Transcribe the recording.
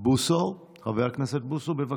בוסו, חבר הכנסת בוסו, בבקשה.